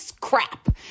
crap